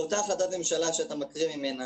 באותה החלטת ממשלה, שקראת ממנה,